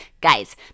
Guys